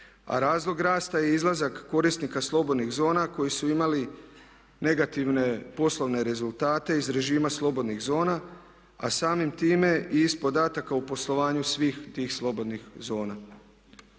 razlog rasta je izlazak korisnika slobodnih zona koji su imali negativne poslovne rezultate iz režima slobodnih zona, a samim time i iz podataka u poslovanju svih tih slobodnih zona.